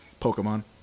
Pokemon